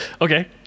okay